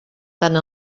tant